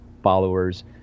followers